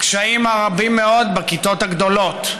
הקשיים הרבים מאוד בכיתות הגדולות,